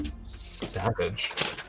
Savage